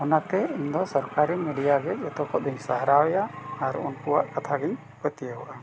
ᱚᱱᱟᱛᱮ ᱤᱧ ᱫᱚ ᱥᱚᱨᱠᱟᱨᱤ ᱢᱤᱰᱤᱭᱟ ᱜᱮ ᱡᱚᱛᱚ ᱠᱷᱚᱡ ᱫᱚᱧ ᱥᱟᱨᱦᱟᱣ ᱮᱭᱟ ᱟᱨ ᱩᱱᱠᱩᱣᱟᱜ ᱠᱟᱛᱷᱟ ᱜᱤᱧ ᱯᱟᱹᱛᱭᱟᱹᱣᱟ